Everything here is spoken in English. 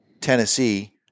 Tennessee